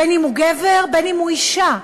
בין שהוא גבר, בין שהוא אישה.